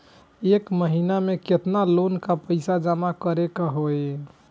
एक महिना मे केतना लोन क पईसा जमा करे क होइ?